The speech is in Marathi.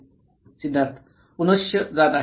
सिद्धार्थ पुनश्य जात आहे